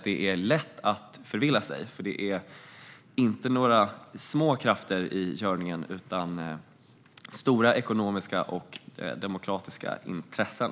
Det är lätt att förvilla sig, för det handlar inte om några små krafter i görningen utan det gäller stora ekonomiska och demokratiska intressen.